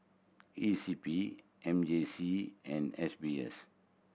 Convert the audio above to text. E C P M J C and S B S